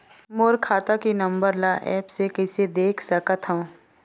मोर खाता के नंबर ल एप्प से कइसे देख सकत हव?